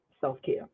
self-care